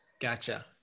gotcha